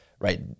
right